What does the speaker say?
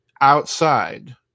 outside